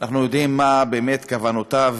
אנחנו יודעים מה באמת כוונותיו